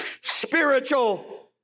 spiritual